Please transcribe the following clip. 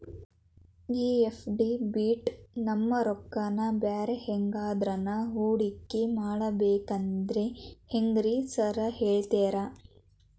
ಈ ಎಫ್.ಡಿ ಬಿಟ್ ನಮ್ ರೊಕ್ಕನಾ ಬ್ಯಾರೆ ಎದ್ರಾಗಾನ ಹೂಡಿಕೆ ಮಾಡಬೇಕಂದ್ರೆ ಹೆಂಗ್ರಿ ಸಾರ್ ಹೇಳ್ತೇರಾ?